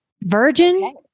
virgin